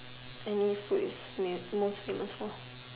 any fruits is most famous for